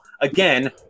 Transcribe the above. again